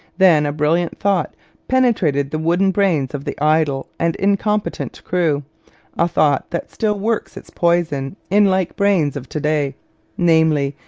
then a brilliant thought penetrated the wooden brains of the idle and incompetent crew a thought that still works its poison in like brains of to-day namely,